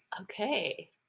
Okay